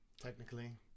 technically